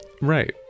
Right